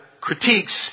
critiques